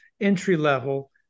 entry-level